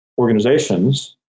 organizations